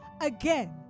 Again